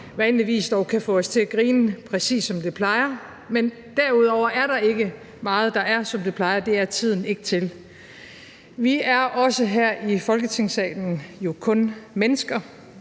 vanlig vis dog kan få os til at grine. Det er præcis, som det plejer, men derudover er der ikke meget, der er, som det plejer; det er tiden ikke til. Vi er også her i Folketingssalen jo kun mennesker,